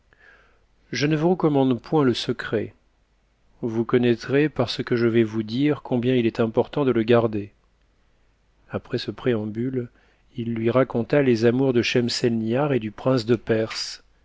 je ne vous recommande point le secret vo onnaitt'ez par ce que je vais vous dire combien il est important de le arder apres ce préambule il lui raconta les amours de schemselni nr et du prince de perse